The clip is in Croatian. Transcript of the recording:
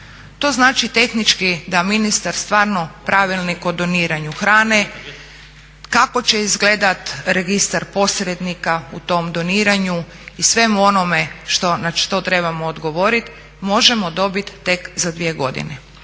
To znači tehnički da ministar stvarno pravilnik o doniranju hrane, kako će izgledat registar posrednika u tom doniranju i svemu onome na što trebamo odgovorit možemo dobit tek za dvije godine.